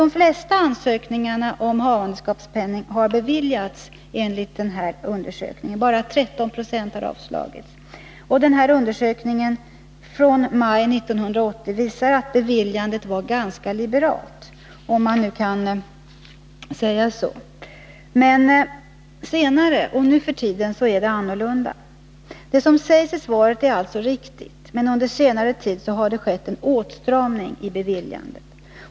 De flesta ansökningar om havandeskapspenning har enligt denna undersökning beviljats — bara 13 9o har avslagits. Denna undersökning, från maj 1980, visar att beviljandet var ganska liberalt, om man nu kan säga så. Men nu för tiden är det annorlunda. Det som sägs i svaret är alltså riktigt, men under senare tid har det skett en åtstramning beträffande beviljandet.